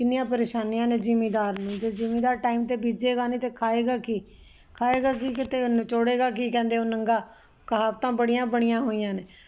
ਕਿੰਨੀਆਂ ਪਰੇਸ਼ਾਨੀਆਂ ਨੇ ਜਿਮੀਦਾਰ ਨੂੰ ਜੇ ਜਿਮੀਦਾਰ ਟਾਈਮ 'ਤੇ ਬੀਜੇਗਾ ਨਹੀਂ ਤਾਂ ਖਾਏਗਾ ਕੀ ਖਾਏਗਾ ਕੀ ਅਤੇ ਨਿਚੋੜੇਗਾ ਕੀ ਕਹਿੰਦੇ ਉਹ ਨੰਗਾ ਕਹਾਵਤਾਂ ਬੜੀਆਂ ਬਣੀਆਂ ਹੋਈਆਂ ਨੇ